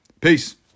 Peace